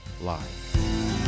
live